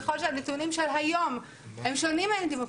ככל שהנתונים של היום הם שונים מהנתונים,